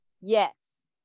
Yes